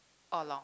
all along